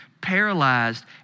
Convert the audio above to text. paralyzed